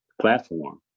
platform